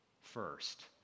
first